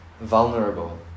vulnerable